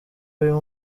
uyu